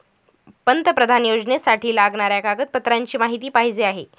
पंतप्रधान योजनेसाठी लागणाऱ्या कागदपत्रांची माहिती पाहिजे आहे